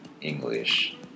English